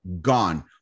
gone